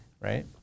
right